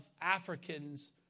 Africans